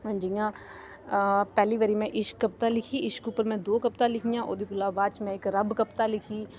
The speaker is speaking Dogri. जियां पैह्ली बारी मै इश्क कविता लिखी इश्क उप्पर मैं दो कवतां लिखियां ओह्दे कोला बाद मै इक रब कवता लिखी